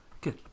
good